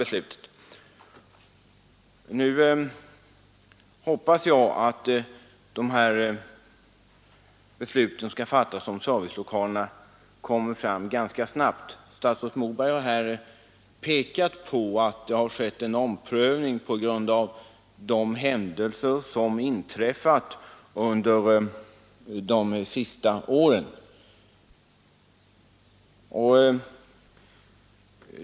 Nu hoppas jag att beslut skall fattas så att servicelokalerna kommer fram ganska snabbt. Statsrådet Moberg har framhållit att det gjorts en omprövning på grund av vad som inträffat under de senaste åren.